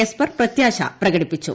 Esper പ്രത്യാശ പ്രകടിപ്പിച്ചു